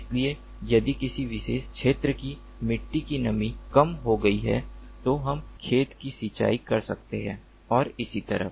इसलिए यदि किसी विशेष क्षेत्र की मिट्टी की नमी कम हो गई है तो हम खेत की सिंचाई कर सकते हैं और इसी तरह